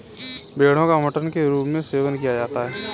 भेड़ो का मटन के रूप में सेवन किया जाता है